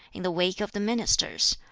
in the wake of the ministers,